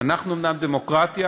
אנחנו אומנם דמוקרטיה,